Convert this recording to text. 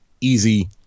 easy